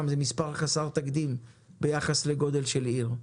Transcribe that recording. זה מספר חסר תקדים ביחס לגודל העיר.